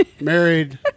married